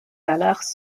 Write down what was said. valeurs